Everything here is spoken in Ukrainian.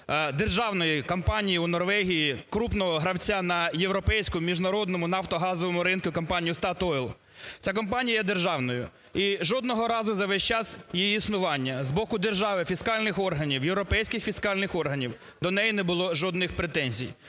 державної компанії у Норвегії, крупного гравця на європейському міжнародному нафтогазовому ринку, компанії Statoil. Ця компанія є державною і жодного разу за весь час її існування з боку держави, фіскальних органів, європейських фіскальних органів, до неї не було жодний претензій.